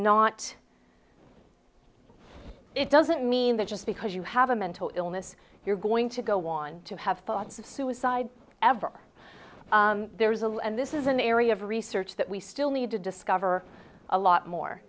not it doesn't mean that just because you have a mental illness you're going to go on to have thoughts of suicide ever there's a lot and this is an area of research that we still need to discover a lot more